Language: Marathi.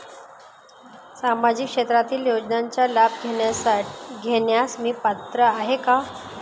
सामाजिक क्षेत्रातील योजनांचा लाभ घेण्यास मी पात्र आहे का?